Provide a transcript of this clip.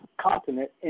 continent